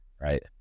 right